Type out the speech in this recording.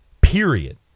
Period